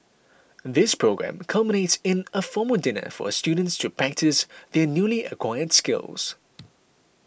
this programme culminates in a formal dinner for students to practise their newly acquired skills